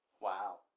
Wow